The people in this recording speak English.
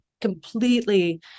completely